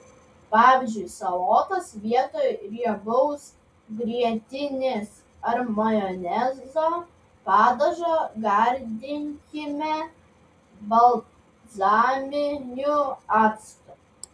pavyzdžiui salotas vietoj riebaus grietinės ar majonezo padažo gardinkime balzaminiu actu